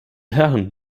herren